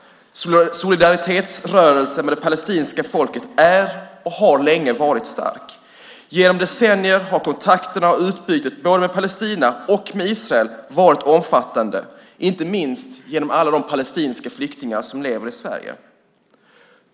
Solidaritetsrörelsen med det palestinska folket är och har länge varit stark. Genom decennier har kontakterna och utbytet både med Palestina och med Israel varit omfattande, inte minst genom alla de palestinska flyktingar som lever i Sverige.